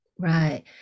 Right